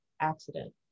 accident